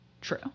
true